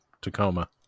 Tacoma